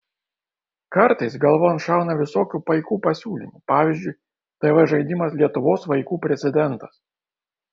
kartais galvon šauna visokių paikų pasiūlymų pavyzdžiui tv žaidimas lietuvos vaikų prezidentas